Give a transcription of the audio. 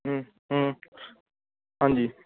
हांजी